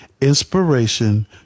inspiration